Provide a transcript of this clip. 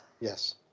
Yes